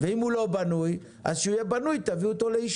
ואם הוא לא בנוי אז כשהוא יהיה בנוי תביאו אותו לאישור.